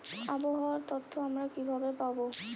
আবহাওয়ার তথ্য আমরা কিভাবে পাব?